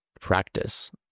practice